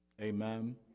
Amen